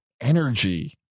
Energy